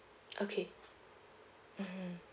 okay mmhmm